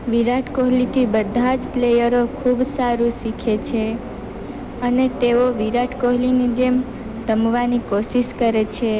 વિરાટ કોહલીથી બધા જ પ્લેયરો ખૂબ સારું શીખે છે અને તેઓ વિરાટ કોહલીની જેમ રમવાની કોશિશ કરે છે